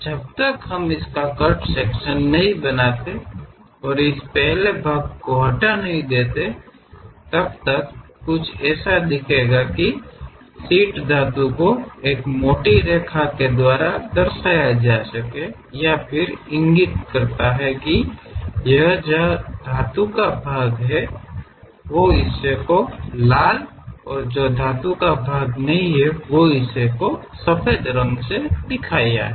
जब तक हम कट सेक्शन नहीं बनाते हैं और इस पहले भाग को हटा नहीं दें तब तक कुछ ऐसा दिखेगा के जहाँ शीट धातु को एक मोटी रेखा द्वारा दर्शाया जा सके यह इंगित करता है कि जहा धातु का भाग होगा उस हिस्से को लाल और जहा कोई धातु नहीं होगी वो हिस्से को सफेद रंग से दिखया हैं